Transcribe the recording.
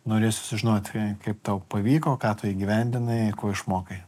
norėsiu sužinoti kaip tau pavyko ką tu įgyvendinai ko išmokai